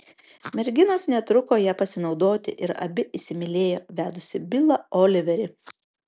merginos netruko ja pasinaudoti ir abi įsimylėjo vedusį bilą oliverį